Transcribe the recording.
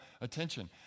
attention